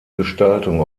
gestaltung